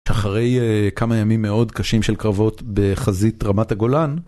אחרי כמה ימים מאוד קשים של קרבות בחזית רמת הגולן.